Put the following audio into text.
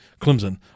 Clemson